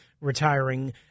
retiring